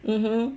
mmhmm